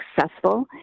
successful